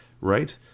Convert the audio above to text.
right